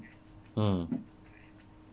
mm